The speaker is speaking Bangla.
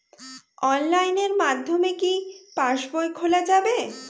অনলাইনের মাধ্যমে কি পাসবই খোলা যাবে?